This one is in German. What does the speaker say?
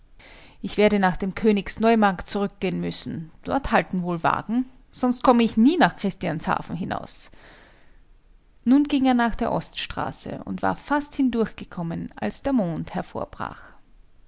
ich werde nach dem königs neumarkt zurückgehen müssen dort halten wohl wagen sonst komme ich nie nach christianshafen hinaus nun ging er nach der oststraße und war fast hindurch gekommen als der mond